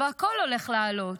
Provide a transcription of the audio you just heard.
והכול הולך לעלות.